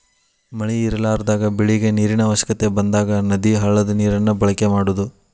ಮಳಿ ಇರಲಾರದಾಗ ಬೆಳಿಗೆ ನೇರಿನ ಅವಶ್ಯಕತೆ ಬಂದಾಗ ನದಿ, ಹಳ್ಳದ ನೇರನ್ನ ಬಳಕೆ ಮಾಡುದು